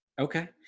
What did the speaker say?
okay